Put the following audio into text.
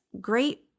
great